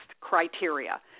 criteria